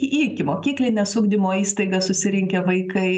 ikimokyklines ugdymo įstaigas susirinkę vaikai